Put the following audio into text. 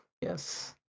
Yes